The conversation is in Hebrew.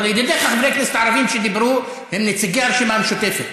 אבל ידידיך חברי הכנסת הערבים שדיברו הם נציגי הרשימה המשותפת.